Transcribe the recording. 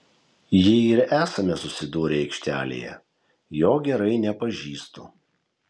jei ir esame susidūrę aikštelėje jo gerai nepažįstu